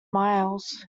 miles